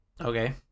Okay